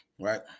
right